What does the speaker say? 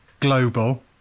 global